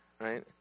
Right